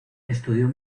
estudió